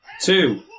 two